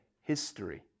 history